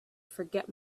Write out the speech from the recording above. forget